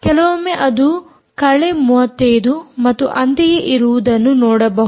ಕೆಲವೊಮ್ಮೆ ಅದು ಕಳೆ 35 ಮತ್ತು ಅಂತೆಯೇ ಇರುವುದನ್ನು ನೋಡಬಹುದು